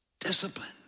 Discipline